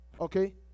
okay